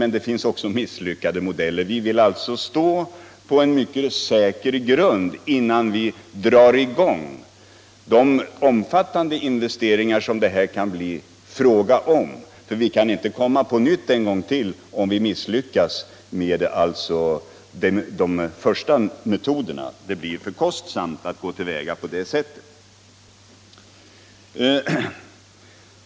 Men vissa är misslyckade, och vi vill stå på mycket säker grund innan vi drar i gång de omfattande investeringar som det här kan bli fråga om. Vi kan inte komma igen en gång till om vi misslyckas med de första metoderna. Det blir för kostsamt att gå till väga på det sättet.